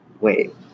Wait